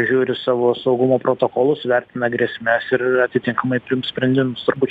žiūri savo saugumo protokolus įvertina grėsmes ir atitinkamai priims sprendimus turbūt